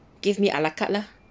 give me a la carte lah